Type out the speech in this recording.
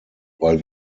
weil